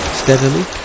Steadily